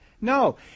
No